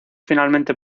finalmente